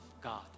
God